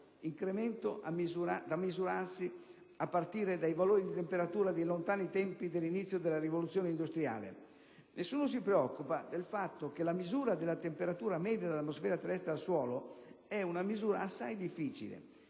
(incremento da misurarsi a partire dai valori di temperatura dei lontani tempi dell'inizio della rivoluzione industriale). Nessuno si preoccupa del fatto che la misura della temperatura media dell'atmosfera terrestre al suolo è assai difficile.